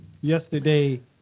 yesterday